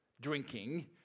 drinking